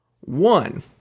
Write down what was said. One